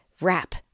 wrap